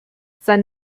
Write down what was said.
sein